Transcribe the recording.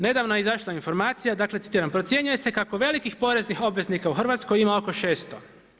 Nedavno je izašla informacija, dakle citiram: „Procjenjuje se kako velikih poreznih obveznika u Hrvatskoj ima oko 600.